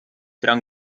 dran